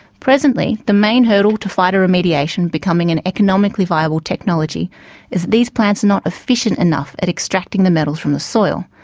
presently, the main hurdle to phytoremediation becoming an economically viable technology is that these plants are not efficient enough at extracting the metals from the soil.